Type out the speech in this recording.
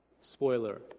spoiler